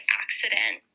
accident